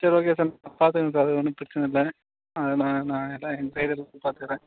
சரி okay sir நான் பார்த்துக்குறேன் சார் அது ஒன்றும் பிரச்சனை இல்லை அதை நான் நான் எல்லாம் எங்கள் சைடு பார்த்துக்குறேன்